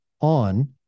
on